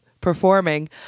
performing